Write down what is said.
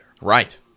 Right